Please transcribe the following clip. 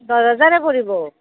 দহ হাজাৰে পৰিব